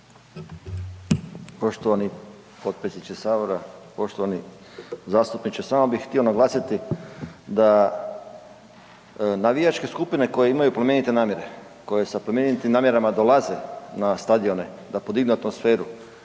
Poštovani potpredsjedniče Sabora, poštovani zastupniče. Samo bi htio naglasiti da navijačke skupine koje imaju plemenite namjere, koje sa plemenitim namjerama dolaze na stadione da podignu atmosferu,